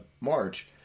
March